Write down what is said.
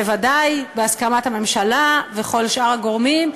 בוודאי בהסכמת הממשלה וכל שאר הגורמים,